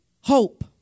Hope